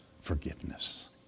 forgiveness